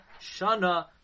Shana